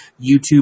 YouTube